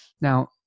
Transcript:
now